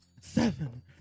seven